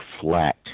flat